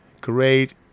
Great